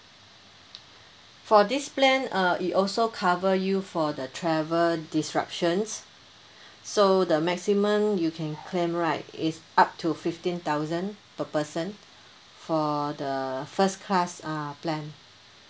for this plan uh it also cover you for the travel disruptions so the maximum you can claim right is up to fifteen thousand per person for the first class uh plan